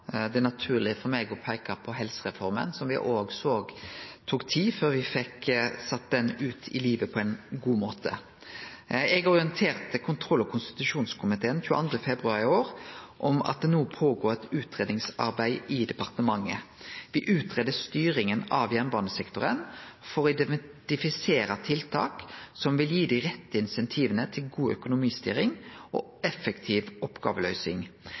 Det er naturleg for meg å peike på helsereforma, som me òg såg tok tid før me fekk sett ho ut i livet på ein god måte. Eg orienterte kontroll- og konstitusjonskomiteen 22. februar i år om at det no går føre seg eit utgreiingsarbeid i departementet. Me greier ut styringa av jernbanesektoren for å identifisere tiltak som vil gi dei rette insentiva til god økonomistyring og effektiv oppgåveløysing.